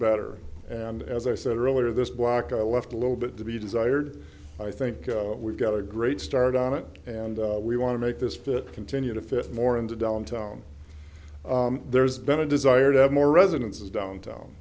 better and as i said earlier this block i left a little bit to be desired i think we've got a great start on it and we want to make this fit continue to fit more into downtown there's been a desire to have more residences downtown